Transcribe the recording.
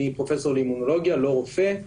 אני פרופ' לאימונולוגיה, לא רופא,